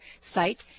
site